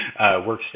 workstation